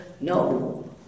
no